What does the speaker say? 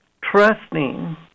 trusting